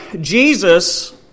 Jesus